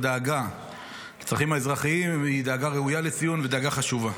הדאגה לצרכים האזרחיים היא דאגה ראויה לציון ודאגה חשובה.